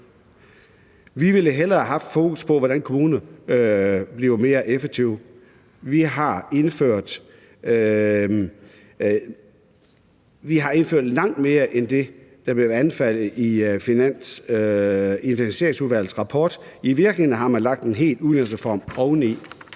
Vi ville hellere have haft fokus på, hvordan kommunerne bliver mere effektive. Man har indført langt mere end det, der blev anbefalet i Finansieringsudvalgets rapport. I virkeligheden har man lagt en hel udligningsreform oveni.